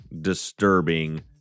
disturbing